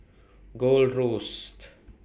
Gold Roast